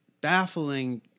baffling